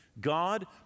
God